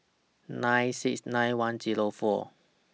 nine six nine one Zero four